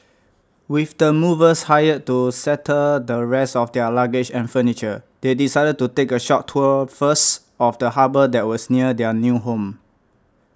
with the movers hired to settle the rest of their luggage and furniture they decided to take a short tour first of the harbour that was near their new home